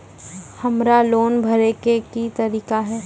हमरा लोन भरे के की तरीका है?